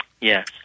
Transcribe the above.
yes